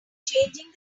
changing